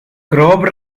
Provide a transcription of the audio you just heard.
grove